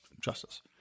justice